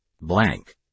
Blank